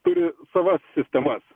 turi savas sistemas